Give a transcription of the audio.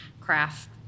craft